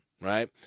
Right